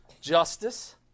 Justice